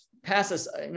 Passes